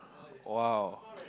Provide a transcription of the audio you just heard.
!wow!